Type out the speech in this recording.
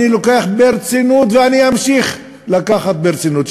ואני לוקח ברצינות, ואני אמשיך לקחת ברצינות.